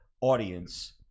audience